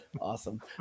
Awesome